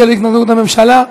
בשל התנגדות הממשלה.